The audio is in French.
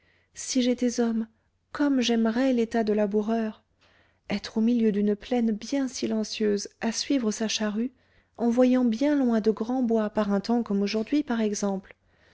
si j'étais homme comme j'aimerais l'état de laboureur être au milieu d'une plaine bien silencieuse à suivre sa charrue en voyant bien loin de grands bois par un temps comme aujourd'hui par exemple